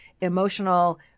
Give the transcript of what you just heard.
emotional